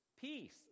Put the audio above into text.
Peace